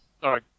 Sorry